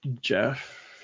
jeff